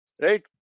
right